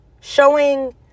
Showing